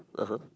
ah !huh!